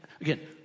again